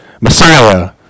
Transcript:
Messiah